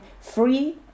free